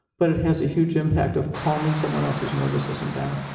but it has a huge impact of calming someone else's nervous system down.